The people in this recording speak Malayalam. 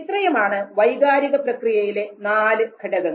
ഇത്രയുമാണ് വൈകാരിക പ്രക്രിയയിലെ നാല് ഘടകങ്ങൾ